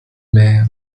mer